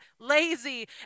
lazy